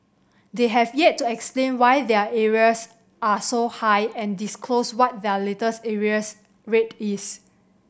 they have yet to explain why their arrears are so high and disclose what their latest arrears rate is